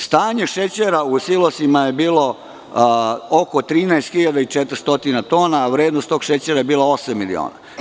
Stanje šećera u silosima je bilo oko 13.400 tona, a vrednost tog šećera je bila osam miliona.